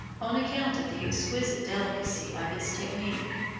on account of the exquisite delicacy of its technique.